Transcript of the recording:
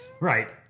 right